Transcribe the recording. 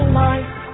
life